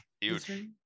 Huge